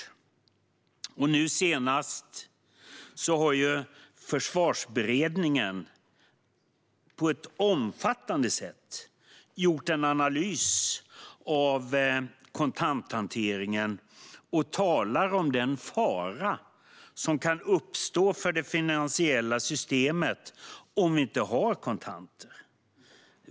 Finansiell stabilitet och finansmarknads-frågor Nu senast har Försvarsberedningen på ett omfattande sätt gjort en analys av kontanthanteringen och talar om den fara som kan uppstå för det finansiella systemet om vi inte har kontanter.